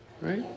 Right